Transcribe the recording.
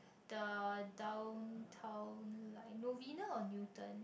the Downtown Line Novena or Newton